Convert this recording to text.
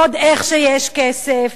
ועוד איך שיש כסף,